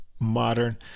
modern